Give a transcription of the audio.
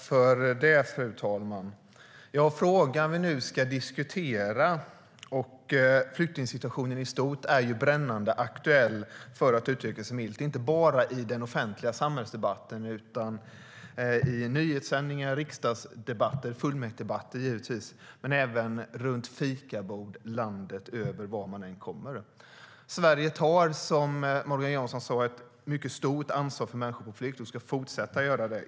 Fru talman! Den fråga som vi nu ska diskutera och flyktingsituationen i stort är brännande aktuell, för att uttrycka sig milt, inte bara i den offentliga samhällsdebatten utan också i nyhetssändningar, riksdagsdebatter och fullmäktigedebatter men även runt fikabord landet över, vart man än kommer. Sverige tar, som Morgan Johansson sa, ett mycket stort ansvar för människor på flykt, och vi ska fortsätta göra det.